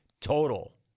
total